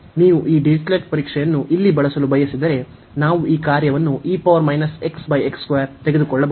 ನೀವು ಈ ಡಿರಿಚ್ಲೆಟ್ ಪರೀಕ್ಷೆಯನ್ನು ಇಲ್ಲಿ ಬಳಸಲು ಬಯಸಿದರೆ ನಾವು ಈ ಕಾರ್ಯವನ್ನು ತೆಗೆದುಕೊಳ್ಳಬಹುದು